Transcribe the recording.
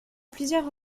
plusieurs